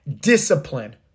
discipline